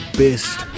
best